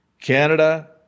Canada